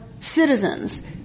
citizens